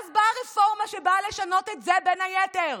ואז באה רפורמה שבאה לשנות את זה, בין היתר,